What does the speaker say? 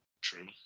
true